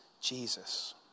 Jesus